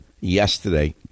yesterday